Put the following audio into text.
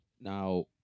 Now